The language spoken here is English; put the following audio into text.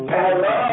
Hello